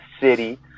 city